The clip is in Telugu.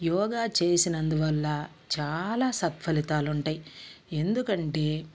యోగ చేసినందువల్ల చాలా సత్ఫలితాలు ఉంటాయి ఎందుకంటే